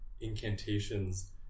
incantations